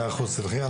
מאה אחוז, תלכי.